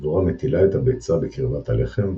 הדבורה מטילה את הביצה בקרבת הלחם,